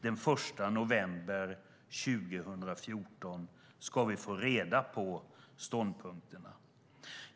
Den 1 november 2014 ska vi få reda på ståndpunkterna.